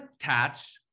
attach